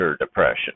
depression